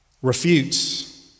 Refutes